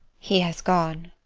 he has gone.